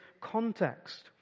context